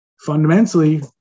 fundamentally